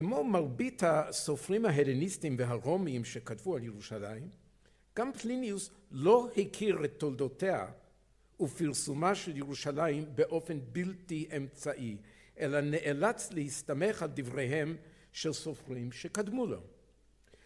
כמו מרבית הסופרים ההלניסטיים והרומיים שכתבו על ירושלים, גם פליניוס לא הכיר את תולדותיה ופרסומה של ירושלים באופן בלתי אמצעי. אלא נאלץ להסתמך על דבריהם של סופרים שקדמו לו